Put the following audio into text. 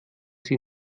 sie